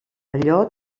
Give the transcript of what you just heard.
allò